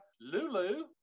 Lulu